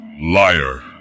Liar